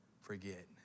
forget